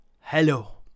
hello